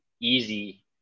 easy